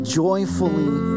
joyfully